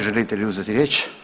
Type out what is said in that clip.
Želite li uzeti riječ?